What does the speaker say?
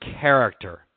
character